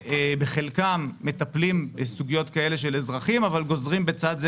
שבחלקם מטפלים בסוגיות כאלה של אזרחים אבל גוזרים בצד זה